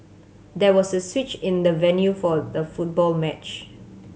there was a switch in the venue for the football match